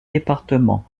départements